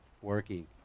Working